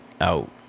Out